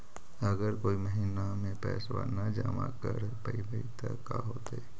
अगर कोई महिना मे पैसबा न जमा कर पईबै त का होतै?